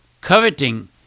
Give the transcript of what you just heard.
coveting